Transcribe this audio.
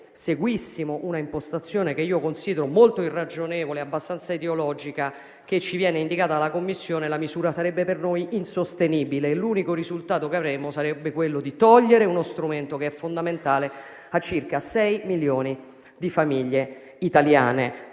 seguissimo un'impostazione che considero molto irragionevole e abbastanza ideologica che ci viene indicata dalla Commissione, la misura sarebbe per noi insostenibile e l'unico risultato che avremmo sarebbe quello di togliere uno strumento fondamentale per circa sei milioni di famiglie italiane.